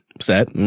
set